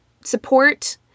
Support